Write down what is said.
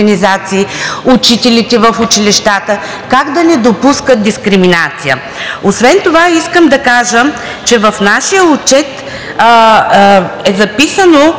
учителите в училищата как да не допускат дискриминация. Освен това искам да кажа, че в нашия отчет е записано